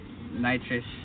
nitrous